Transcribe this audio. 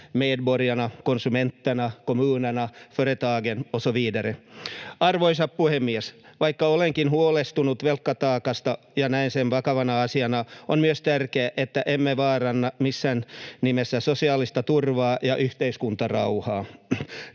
medborgarna, konsumenterna, kommunerna, företagen och så vidare. Arvoisa puhemies! Vaikka olenkin huolestunut velkataakasta ja näen sen vakavana asiana, on myös tärkeää, että emme vaaranna missään nimessä sosiaalista turvaa ja yhteiskuntarauhaa,